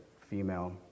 female